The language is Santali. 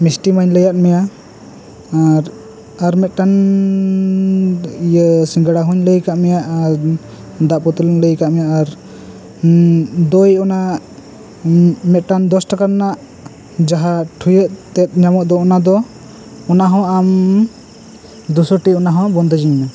ᱢᱤᱥᱴᱤ ᱢᱟᱹᱧ ᱞᱟᱹᱭ ᱟᱫ ᱢᱮᱭᱟ ᱟᱨ ᱟᱨ ᱢᱤᱫᱴᱟᱝᱻ ᱤᱭᱚ ᱥᱤᱝᱜᱟᱲᱟ ᱦᱚᱹᱧ ᱞᱟᱹᱭ ᱟᱠᱟᱫ ᱢᱮᱭᱟ ᱟᱨ ᱫᱟᱜ ᱵᱚᱛᱚᱞ ᱤᱧ ᱞᱟᱹᱭ ᱟᱠᱟᱫ ᱢᱮᱭᱟ ᱫᱚᱭ ᱚᱱᱟ ᱢᱤᱫᱴᱟᱝ ᱫᱚᱥ ᱴᱟᱠᱟ ᱨᱮᱱᱟᱜ ᱡᱟᱦᱟᱸ ᱴᱷᱩᱭᱟᱹᱜ ᱛᱮᱫ ᱧᱟᱢᱚᱜ ᱫᱚ ᱚᱱᱟ ᱫᱚ ᱚᱱᱟ ᱦᱚᱸ ᱟᱢ ᱫᱩ ᱥᱚ ᱴᱤ ᱚᱱᱟ ᱦᱚᱸ ᱵᱚᱱᱫᱮᱡᱽ ᱟᱹᱧ ᱢᱮ